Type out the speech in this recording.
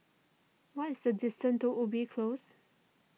what is the distance to Ubi Close